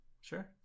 Sure